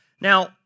Now